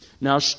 Now